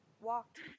Walked